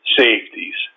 safeties